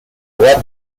droite